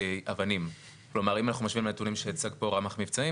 הוא משלם גם את ההחרמה,